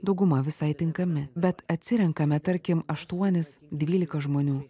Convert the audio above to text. dauguma visai tinkami bet atsirenkame tarkim aštuonis dvylika žmonių